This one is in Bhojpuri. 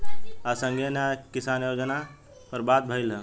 आज संघीय न्याय किसान योजना पर बात भईल ह